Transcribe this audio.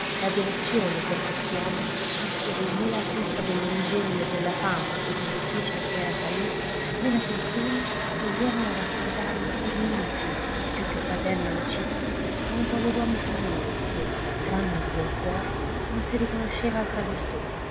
la devozione per quest'uomo a cui né l'altezza dell'ingegno e della fama e degli uffici a cui era salito né la fortuna toglievano d'accordare una così intima più che fraterna amicizia a un pover uomo come lui che tranne il buon cuore non si riconosceva altra virtù